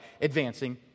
advancing